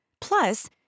Plus